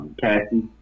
Cassie